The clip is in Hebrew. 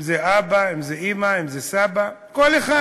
אם זה אבא, אם זה אימא, אם זה סבא, כל אחד.